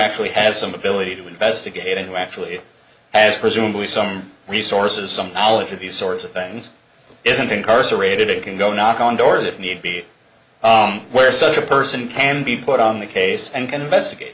actually has some ability to investigate and who actually has presumably some resources some knowledge of these sorts of things isn't incarcerated it can go knock on doors if need be where such a person can be put on the case and investigate